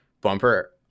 bumper